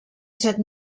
set